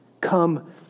come